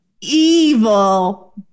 evil